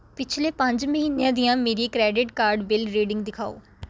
ਪਿਛਲੇ ਪੰਜ ਮਹੀਨਿਆਂ ਦੀਆਂ ਮੇਰੀ ਕ੍ਰੈਡਿਟ ਕਾਰਡ ਬਿੱਲ ਰੀਡਿੰਗ ਦਿਖਾਓ